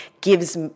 gives